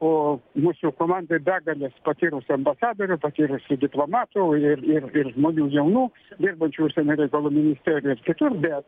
o mūsų komandoj begalės patyrusių ambasadorių patyrusių diplomatų ir ir ir žmonių jaunų dirbančių užsienio reikalų ministerijoj ir kitur bet